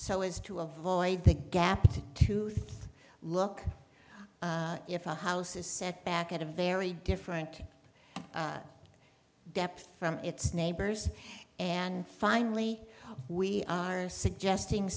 so as to avoid the gap to look if a house is set back at a very different depth from its neighbors and finally we are suggesting